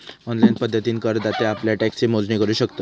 online पद्धतीन करदाते आप्ल्या टॅक्सची मोजणी करू शकतत